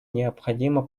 необходима